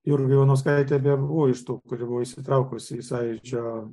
jurga ivanauskaitė beje buvo iš tų kuri buvo įsitraukusi į sąjūdžio